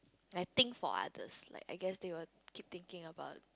I think for others like I guess they will keep thinking about